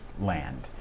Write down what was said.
land